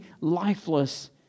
lifeless